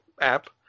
app